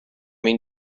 این